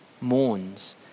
mourns